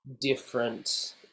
different